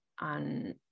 on